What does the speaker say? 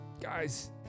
guys